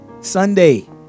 sunday